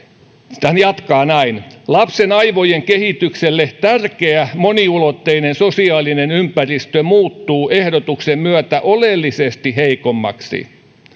sitten hän jatkaa näin lapsen aivojen kehitykselle tärkeä moniulotteinen sosiaalinen ympäristö muuttuu ehdotuksen myötä oleellisesti heikommaksi